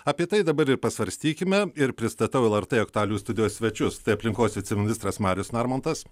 apie tai dabar ir pasvarstykime ir pristatau lrt aktualijų studijos svečius tai aplinkos viceministras marius narmontas